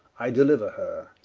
i deliuer her,